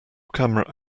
camera